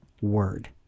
word